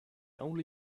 only